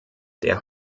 der